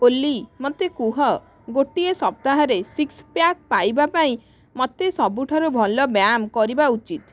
ଓଲି ମୋତେ କୁହ ଗୋଟିଏ ସପ୍ତାହରେ ସିକ୍ସ ପ୍ୟାକ୍ ପାଇବା ପାଇଁ ମୋତେ ସବୁଠାରୁ ଭଲ ବ୍ୟାୟାମ କରିବା ଉଚିତ୍